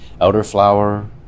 elderflower